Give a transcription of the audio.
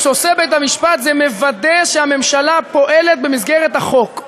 מה שעושה בית-המשפט זה מוודא שהממשלה פועלת במסגרת החוק.